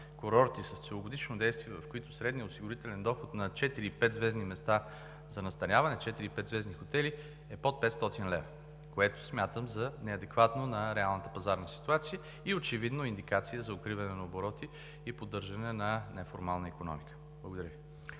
курорти с целогодишно действие, в които средният осигурителен доход на 4- и 5-звездни места за настаняване, 4- и 5-звездни хотели е под 500 лв., което смятам за неадекватно на реалната пазарна ситуация и е очевидна индикация за укриване на обороти и поддържане на неформална икономика. Благодаря Ви.